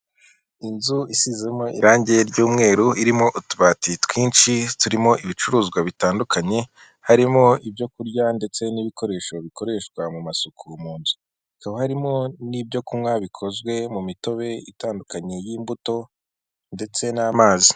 Inzu isizemo irangi ry'umweru irimo utubati twinshi turimo ibicuruzwa bitandukanye, harimo ibyo kurya ndetse n'ibikoresho bikoreshwa mu masuku mu nzu, hakaba harimo n'ibyokunywa bikozwe mu mitobe itandukanye y'imbuto ndetse n'amazi.